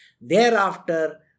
Thereafter